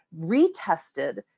retested